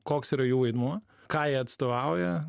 koks yra jų vaidmuo ką jie atstovauja